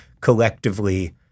collectively